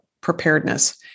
preparedness